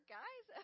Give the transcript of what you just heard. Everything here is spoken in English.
guys